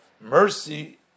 mercy